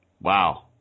Wow